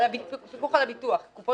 וקרוב